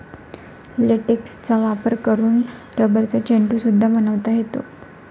लेटेक्सचा वापर करून रबरचा चेंडू सुद्धा बनवता येतो